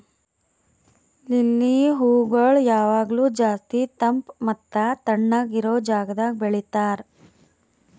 lily ಹೂಗೊಳ್ ಯಾವಾಗ್ಲೂ ಜಾಸ್ತಿ ತಂಪ್ ಮತ್ತ ತಣ್ಣಗ ಇರೋ ಜಾಗದಾಗ್ ಬೆಳಿತಾರ್